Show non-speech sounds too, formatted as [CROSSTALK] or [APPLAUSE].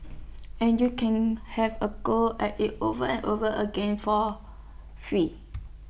[NOISE] and you can have A go at IT over and over again for free